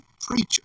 preacher